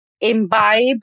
imbibe